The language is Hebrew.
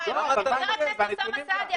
חבר הכנסת אוסאמה סעדי,